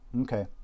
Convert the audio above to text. Okay